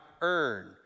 earn